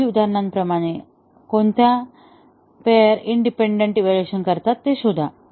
मागील उदाहरणांप्रमाणे कोणत्या पेअर इंडिपेंडंट इव्हॅल्युएशन करतात ते शोधा